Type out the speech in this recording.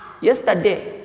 Yesterday